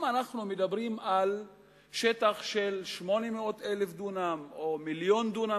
אם אנחנו מדברים על שטח של 800,000 דונם או מיליון דונם,